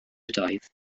ydoedd